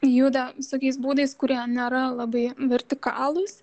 juda visokiais būdais kurie nėra labai vertikalūs